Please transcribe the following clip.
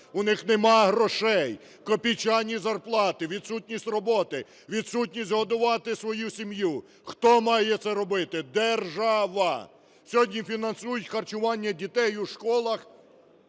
у них немає грошей, копійчані зарплати, відсутність роботи, відсутність годувати свою сім'ю. Хто має це робити – держава. Сьогодні фінансують харчування дітей у школах